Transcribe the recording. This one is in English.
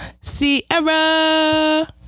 Sierra